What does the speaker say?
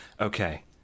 okay